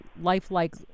lifelike